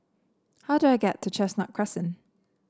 how do I get to Chestnut Crescent